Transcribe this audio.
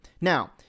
Now